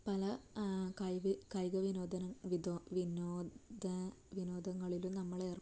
പല കഴിവ് കായിക വിനോദനം വിനോദ വിനോദങ്ങളിലും നമ്മളേർപ്പെടുമ്പോൾ